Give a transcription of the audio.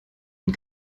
une